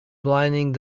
blinding